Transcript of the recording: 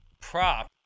prop